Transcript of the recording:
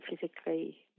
physically